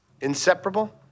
Inseparable